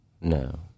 No